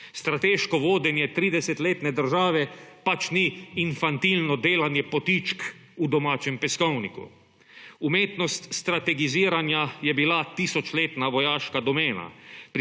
Strateško vodenje 30-letne države pač ni infantilno delanje potičk v domačem peskovniku. Umetnost strategiziranja je bila tisočletna vojaška domena.